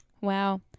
Wow